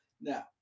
Now